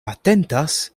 atentas